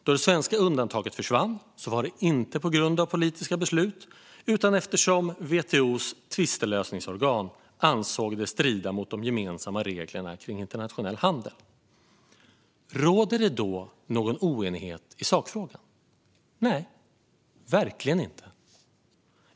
Då det svenska undantaget försvann var det inte på grund av politiska beslut utan eftersom WTO:s tvistlösningsorgan ansåg det strida mot de gemensamma reglerna för internationell handel. Råder det då någon oenighet i sakfrågan? Nej, verkligen inte.